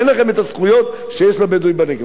אין לכם הזכויות שיש לבדואים בנגב.